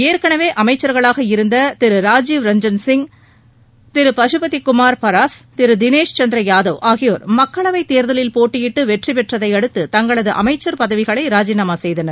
ஏற்கெனவே அமைச்சர்களாக இருந்த திரு ராஜீவ்ரஞ்சன் சிங் திரு பசுபதி குமார் பராஸ் திரு தினேஷ் சந்திர யாதவ் ஆகியோர் மக்களவை தேர்தலில் போட்டியிட்டு வெற்றிபெற்றதை அடுத்து தங்களது அமைச்சர் பதவிகளை ராஜினாமா செய்தனர்